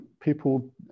people